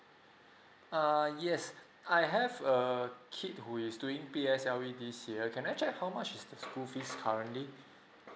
err yes I have a kid who is doing P_S_L_E this year can I check how much is the school fees currently